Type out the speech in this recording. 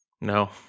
no